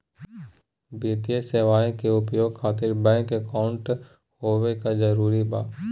वित्तीय सेवाएं के उपयोग खातिर बैंक अकाउंट होबे का जरूरी बा?